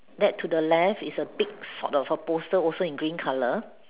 that to the left is a big sort of a poster also in green colour